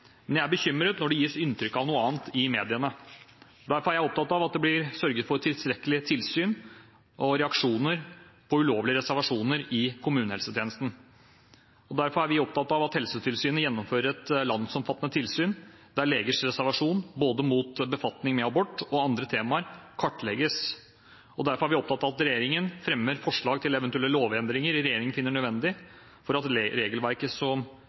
Men jeg er bekymret når det gis inntrykk av noe annet i mediene. Derfor er jeg opptatt av at det blir sørget for tilstrekkelig tilsyn og reaksjoner på ulovlige reservasjoner i kommunehelsetjenesten, derfor er vi opptatt av at Helsetilsynet gjennomfører et landsomfattende tilsyn der legers reservasjon både mot befatning med abort og andre temaer kartlegges, og derfor er vi opptatt av at regjeringen fremmer forslag til eventuelle lovendringer regjeringen finner nødvendig for at regelverket som